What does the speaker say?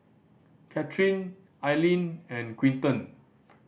Cathryn Alleen and Quinton